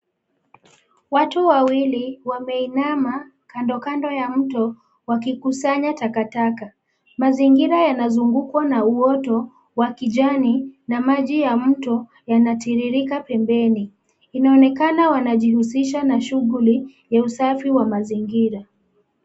Watu wawili, wameinama, kando kando ya mto, wakikusanya taka taka, mazingira yanazungukwa na uoto, wa kijani, na maji ya mto, yanatiririka pembeni, inaonekana wanajihusisha na shughuli, ya usafi wa mazingira.